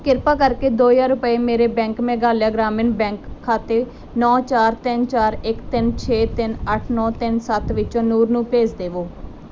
ਕ੍ਰਿਪਾ ਕਰਕੇ ਦੋ ਹਜ਼ਾਰ ਰੁਪਏ ਮੇਰੇ ਬੈਂਕ ਮੇਘਾਲਿਆ ਗ੍ਰਾਮੀਣ ਬੈਂਕ ਖਾਤੇ ਨੌਂ ਚਾਰ ਤਿੰਨ ਚਾਰ ਇੱਕ ਤਿੰਨ ਛੇ ਅੱਠ ਨੌਂ ਤਿੰਨ ਸੱਤ ਵਿਚੋਂ ਨੂਰ ਨੂੰ ਭੇਜ ਦੇਵੋ